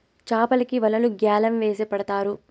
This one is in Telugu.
చాపలకి వలలు గ్యాలం వేసి పడతారు